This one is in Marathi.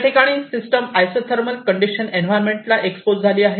याठिकाणी सिस्टम अइसोथर्मल कंडिशन एन्व्हायरमेंट ला एक्सपोज झाली आहे